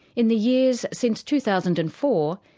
in the years since two thousand and four,